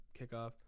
kickoff